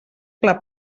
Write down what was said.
pla